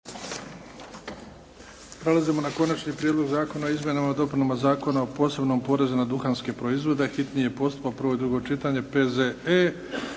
Prelazimo na: - Konačni prijedlog zakona o izmjenama i dopunama Zakona o posebnom porezu na duhanske proizvode, hitni postupak, prvo i drugo čitanje, P.Z.E.